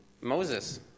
Moses